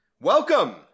Welcome